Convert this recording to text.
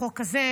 החוק הזה,